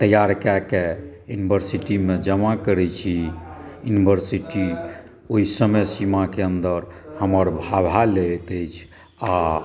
तैयार कए कऽ यूनिवर्सिटी मे जमा करै छी यूनिवर्सिटी ओहि समय सीमा के अन्दर हमर भाइभा लैत अछि आ